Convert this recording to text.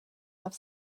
have